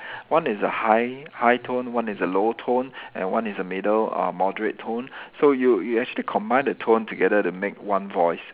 one is a high high tone one is a low tone and one is a middle uh moderate tone so you you actually combine the tone together to make one voice